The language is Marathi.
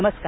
नमस्कार